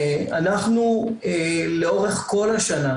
אנחנו לאורך כל השנה,